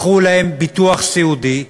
מכרו להם ביטוח סיעודי,